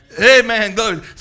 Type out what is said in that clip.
Amen